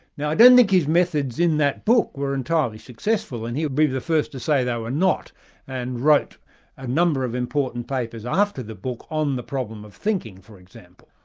now i don't think his methods in that book were entirely successful, and he'd be the first to say they were not and wrote a number of important papers after the book, on the problem of thinking, for example.